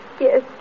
Yes